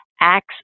acts